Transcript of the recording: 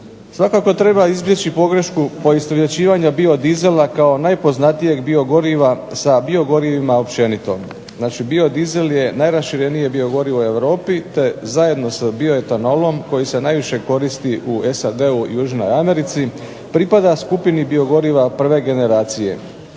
Svakako treba izbjeći pogrešku poistovjećivanja biodizela kao najpoznatijeg biogoriva sa biogorivima općenito. Znači biodizel je najraširenije biogorivo u europi pa zajedno sa bioetanolom koji se najviše koristi u SAD-u i Južnoj Americi, pripada skupini biogoriva prve generacije.